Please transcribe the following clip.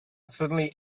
suddenly